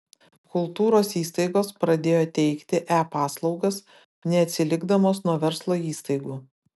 kultūros įstaigos pradėjo teikti e paslaugas neatsilikdamos nuo verslo įstaigų